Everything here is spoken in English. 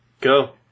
Go